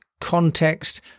context